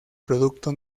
producto